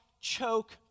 choke